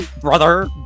brother